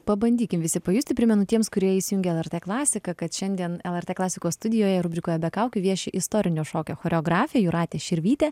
pabandykim visi pajusti primenu tiems kurie įsijungę lrt klasiką kad šiandien lrt klasikos studijoje rubrikoje be kaukių vieši istorinio šokio choreografė jūratė širvytė